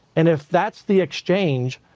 and if that's the exchange,